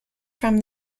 from